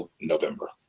November